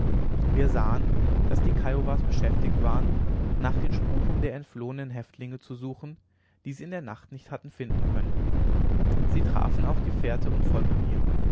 wir sahen daß die kiowas beschäftigt waren nach den spuren der entflohenen häuptlinge zu suchen die sie in der nacht nicht hatten finden können sie trafen auf die fährte und folgten ihr